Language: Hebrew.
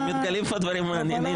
מתגלים פה דברים מעניינים.